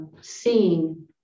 seeing